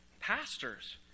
pastors